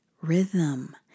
rhythm